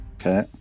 Okay